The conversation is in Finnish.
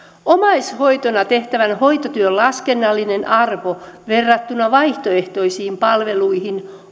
omaishoitona tehtävän hoitotyön laskennallinen arvo verrattuna vaihtoehtoisiin palveluihin